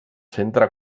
centre